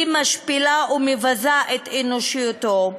היא משפילה ומבזה את אנושיותו,